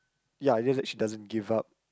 ya it's just that she doesn't give up